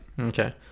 Okay